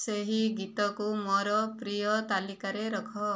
ସେହି ଗୀତକୁ ମୋର ପ୍ରିୟ ତାଲିକାରେ ରଖ